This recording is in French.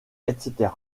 etc